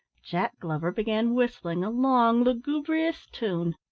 jack glover began whistling a long lugubrious tune.